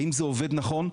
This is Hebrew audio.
האם זה עובד נכון,